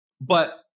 but-